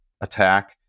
attack